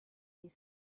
said